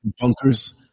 bunkers